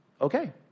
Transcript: Okay